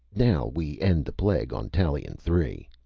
now we end the plague on tallien three.